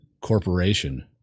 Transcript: corporation